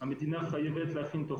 אני מאמין שנעשה דברים גדולים,